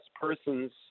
person's